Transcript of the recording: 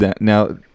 Now